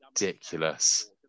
ridiculous